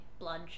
bludge